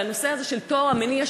והנושא הזה של טוהר המניע,